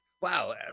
Wow